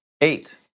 Eight